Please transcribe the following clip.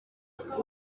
ati